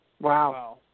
Wow